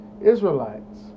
Israelites